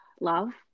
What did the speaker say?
love